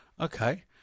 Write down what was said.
Okay